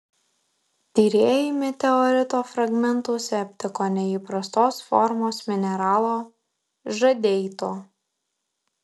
tyrėjai meteorito fragmentuose aptiko neįprastos formos mineralo žadeito